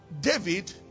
David